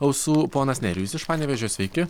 ausų ponas nerijus iš panevėžio sveiki